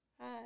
Hi